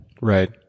Right